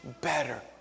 better